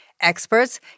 Experts